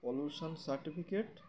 pollution certificate